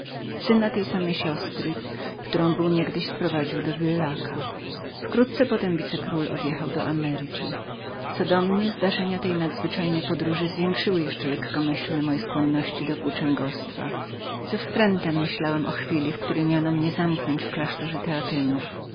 syna tej samej siostry którą był niegdyś przyprowodziłprzyprowadził do villaca i wkrótce potem odjechał na zawsze do ameryki co do mnie zdarzenia tej nadzwyczajnej podróży zwiększyły jeszcze lekkomyślne moje skłonności do włóczęgostwa z wstrętem przemyśliwałem o chwili w której mieli mnie zamknąć w klasztorze teatynów ale